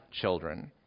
children